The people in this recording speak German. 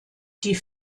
die